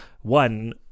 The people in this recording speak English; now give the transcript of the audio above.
one